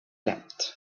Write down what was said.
leapt